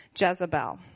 Jezebel